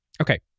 Okay